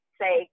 say